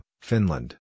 Finland